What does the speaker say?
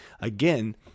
again